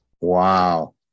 Wow